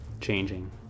changing